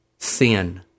sin